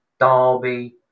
Derby